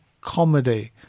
comedy